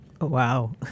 Wow